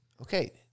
Okay